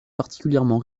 particulièrement